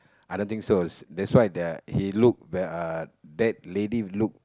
I don't think so that's why there he look the uh that lady look